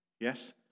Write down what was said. Yes